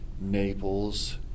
Naples